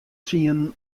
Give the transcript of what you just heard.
tsienen